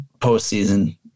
postseason